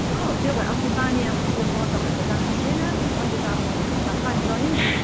हो त्यो भएर अस्ति पानी अब त्यो पर्दाखेरि त जानु मिलेन अहिले त अब अलिक भए पनि पानी रह्यो नि